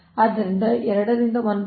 ಆದ್ದರಿಂದ 2 ರಿಂದ 1